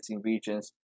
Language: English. regions